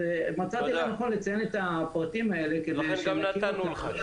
מצאתי לנכון לציין את הפרטים האלה כדי ש- -- לכן נתנו לך.